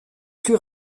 plus